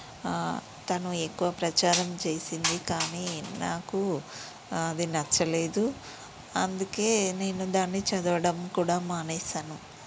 తను ఎక్కువ ప్రచారం చేసింది కానీ నాకు అది నచ్చలేదు అందుకే నేను దాన్ని చదవడం కూడా మానేసాను